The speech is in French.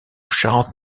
charente